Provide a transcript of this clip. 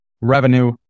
revenue